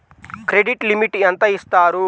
Credit limit ఎంత ఇస్తారు?